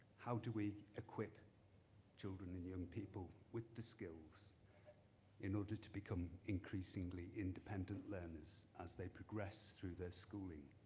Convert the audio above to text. how do we equip children and young people with the skills in order to become increasingly independent learners as they progress through their schooling?